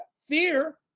Fear